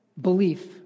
belief